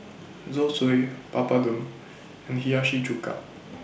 Zosui Papadum and Hiyashi Chuka